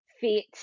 fit